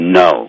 no